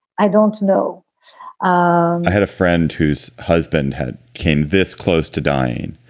i don't know i had a friend whose husband had came this close to dying.